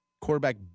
quarterback